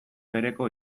bereko